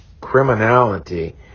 criminality